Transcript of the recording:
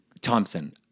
Thompson